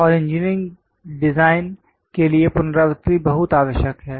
और engineering design के लिए पुनरावृत्ति बहुत आवश्यक है